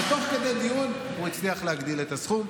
ותוך כדי דיון הוא הצליח להגדיל את הסכום,